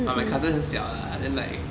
but my cousin 很小 lah then like